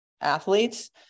athletes